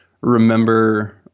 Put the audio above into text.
remember